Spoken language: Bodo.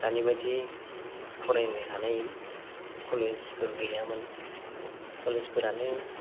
दानि बायदि फरायनो हानाय कलेजफोर गैयामोन कलेजफोरानो